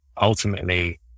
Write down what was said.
Ultimately